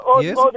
Yes